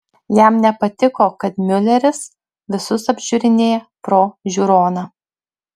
jam nepatiko kad miuleris visus apžiūrinėja pro žiūroną